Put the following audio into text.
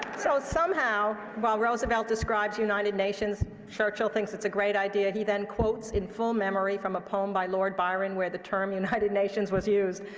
so somehow, while roosevelt describes united nations, churchill thinks it's a great idea. he then quotes in full memory from a poem by lord byron where the term united nations was used.